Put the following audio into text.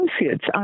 associates